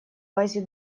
базе